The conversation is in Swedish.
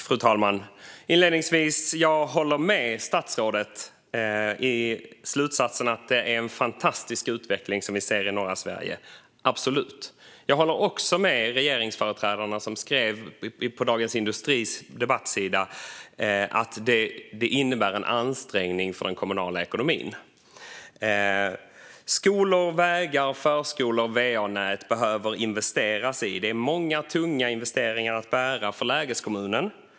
Fru talman! Inledningsvis: Jag håller med statsrådet om slutsatsen att det är en fantastisk utveckling som vi ser i norra Sverige. Så är det absolut. Jag håller också med de regeringsföreträdare som skrev på Dagens industris debattsida att detta innebär en ansträngning för den kommunala ekonomin. Man behöver investera i skolor, vägar, förskolor och va-nät. Det är många tunga investeringar att bära för lägeskommunen.